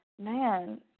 Man